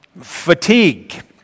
fatigue